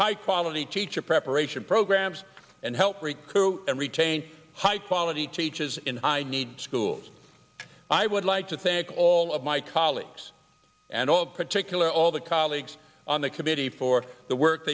high quality teacher preparation programs and help recruit and retain high quality teaches in i need schools i would like to thank all of my colleagues and all of particular all the colleagues on the committee for the work